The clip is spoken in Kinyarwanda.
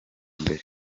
mbere